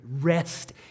Rest